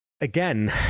again